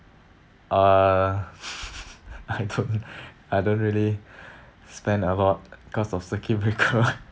uh I don't I don't really spend a lot cause of circuit breaker